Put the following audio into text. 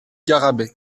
garrabet